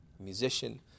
musician